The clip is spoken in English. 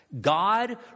God